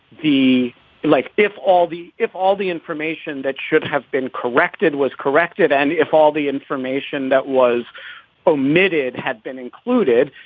the like, if all the if all the information that should have been corrected was corrected and if all the information that was admitted had been included,